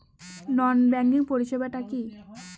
নন banking পরিষেবা টা কি?